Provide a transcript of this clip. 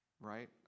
right